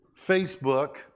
Facebook